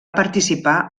participar